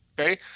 Okay